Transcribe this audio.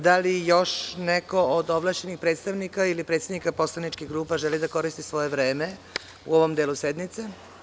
Da li još neko od ovlašćenih predstavnika ili predsednika poslaničkih grupa želi da koristi svoje vreme, u ovom delu sednice?